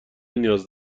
نیاز